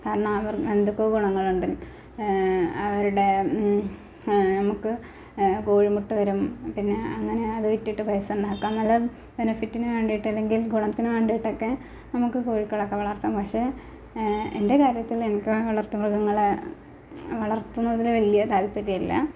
കാരണം അവര് എന്തൊക്കെ ഗുണങ്ങളുണ്ട് അവരുടെ നമുക്ക് കോഴിമുട്ട തരും പിന്നെ അങ്ങനെ അത് വിറ്റിട്ട് പൈസയുണ്ടാക്കാം നല്ല ബെനഫിറ്റിന് വേണ്ടിയിട്ട് അല്ലെങ്കില് ഗുണത്തിന് വേണ്ടിയിട്ടൊക്കെ നമുക്ക് കോഴികളെ ഒക്കെ വളര്ത്താം പക്ഷേ എന്റെ കാര്യത്തില് എനിക്ക് വളര്ത്ത് മൃഗങ്ങളെ വളര്ത്തുന്നതില് വലിയ താല്പര്യമില്ല